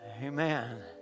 amen